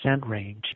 range